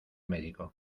médico